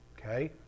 Okay